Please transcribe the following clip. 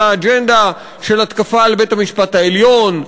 האג'נדה של התקפה על בית-המשפט העליון,